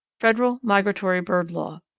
federal migratory bird law.